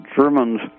Germans